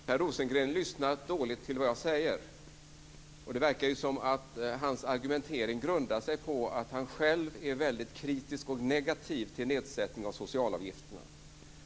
Fru talman! Per Rosengren lyssnar dåligt till vad jag säger. Det verkar som om hans argumentering grundar sig på att han själv är väldigt kritisk och negativ till nedsättning av socialavgifterna.